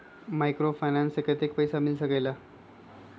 Microfinance से कतेक पैसा मिल सकले ला?